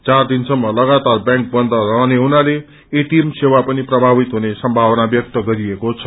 चार दिनसम्म लगातार व्यांक बन्द रहने हुनाले एटिएम सेवा पनि प्रभावित हुने सम्भावना व्यक्त गरिएको छ